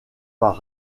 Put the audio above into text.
par